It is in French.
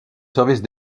service